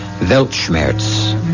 Weltschmerz